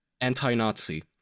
anti-Nazi